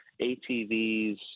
ATVs